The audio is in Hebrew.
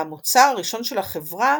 והמוצר הראשון של החברה